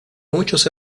muchos